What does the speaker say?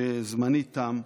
שזמני תם: